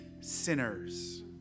sinners